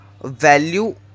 value